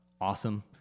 awesome